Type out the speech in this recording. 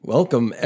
Welcome